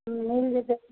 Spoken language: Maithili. मिल जेतय